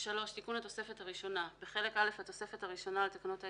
תיקון התוספת הראשונה 3. בחלק א' לתוספת הראשונה לתקנות העיקריות,